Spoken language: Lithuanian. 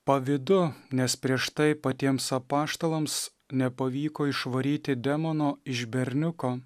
pavydu nes prieš tai patiems apaštalams nepavyko išvaryti demono iš berniuko